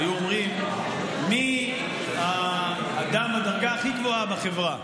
היו אומרים: מי האדם בדרגה הכי גבוהה בחברה,